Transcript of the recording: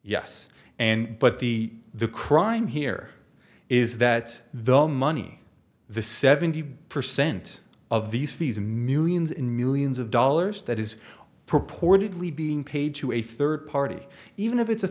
yes and but the the crime here is that the money the seventy percent of these fees millions and millions of dollars that is purportedly being paid to a third party even if it's a